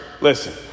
listen